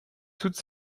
toute